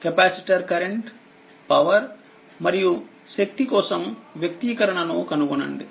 capacitor current power మరియు శక్తి కోసం వ్యక్తీకరణను కనుగొనండి